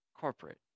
corporate